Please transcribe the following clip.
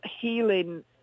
healing